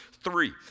three